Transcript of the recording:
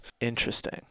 Interesting